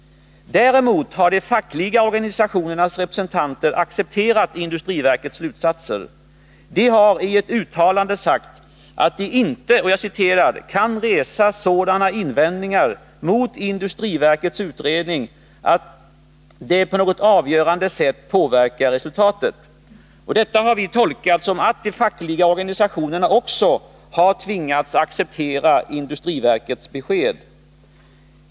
Däremot har de fackliga organisationernas representanter accepterat industriverkets slutsatser. De har i ett uttalande sagt att de ”inte kan resa sådana invändningar mot industriverkets utredning att de på något avgörande sätt påverkar resultatet”. Detta har vi tolkat som att de fackliga organisationerna också har tvingats acceptera industriverkets besked.